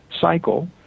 cycle